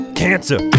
cancer